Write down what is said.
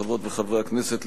חברות וחברי הכנסת,